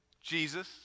Jesus